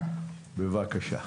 בבקשה.